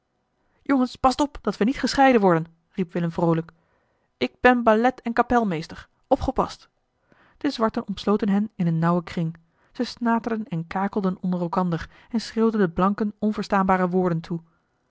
jongens past op dat we niet gescheiden worden riep willem vroolijk ik ben ballet en kapelmeester opgepast de zwarten omsloten hen in een nauwen kring ze snaterden en kakelden onder elkander en schreeuwden den blanken onverstaanbare woorden toe